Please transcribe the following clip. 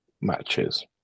matches